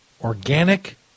Organic